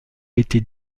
été